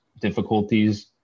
difficulties